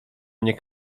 mnie